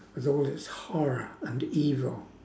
with all this horror and evil